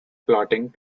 plotting